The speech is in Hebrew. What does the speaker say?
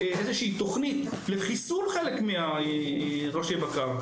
שהיא תוכנית לחיסול חלק מראשי הבקר.